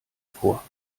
vor